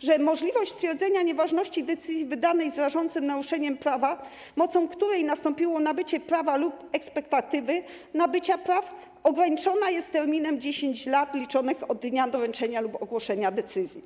że możliwość stwierdzenia nieważności decyzji wydanej z rażącym naruszeniem prawa, mocą której nastąpiło nabycie prawa lub ekspektatywy nabycia praw, ograniczona jest terminem 10 lat, liczonych od dnia doręczenia lub ogłoszenia decyzji.